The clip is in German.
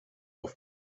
auf